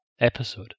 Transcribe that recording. episode